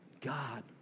God